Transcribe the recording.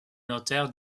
notaires